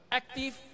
active